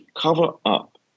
cover-up